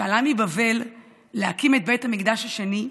שעלה מבבל להקים את בית המקדש השני,